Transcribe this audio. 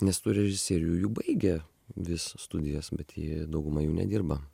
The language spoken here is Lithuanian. nes tų režisierių jų baigia vis studijas bet jie dauguma jų nedirba